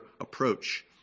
approach